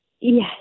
Yes